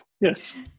Yes